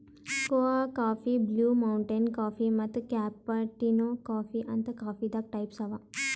ಕೋಆ coffee, blue mountain coffee ಮತ್ತ್ cappuccino coffee ಅಂತ್ ಕಾಫೀದಾಗ್ ಟೈಪ್ಸ್ ಅವಾ